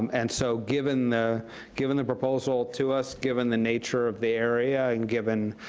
um and so, given the given the proposal to us, given the nature of the area, and given